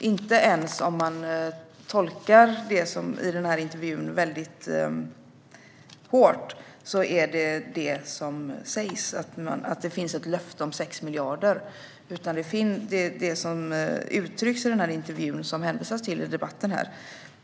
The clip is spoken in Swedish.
Inte ens om man tolkar intervjun hårt är det detta som sägs: att det finns ett löfte om 6 miljarder. Det som uttrycks i intervjun som det hänvisas till under debatten